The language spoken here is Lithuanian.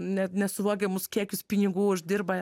ne nesuvokiamus kiekius pinigų uždirba